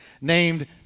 named